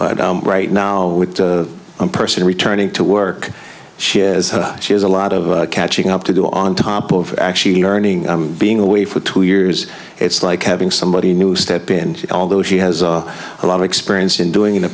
right now with the person returning to work she is she has a lot of catching up to do on top of actually learning being away for two years it's like having somebody new step in although she has a lot of experience in doing in the